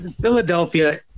Philadelphia